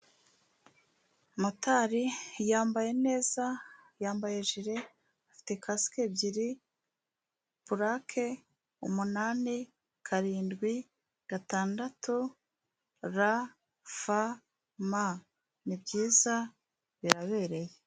Motari yambaye neza, yambaye jiri, afite kasike ebyiri, purake, umunani, karindwi, gatandatu, RF M ni byiza birabereye.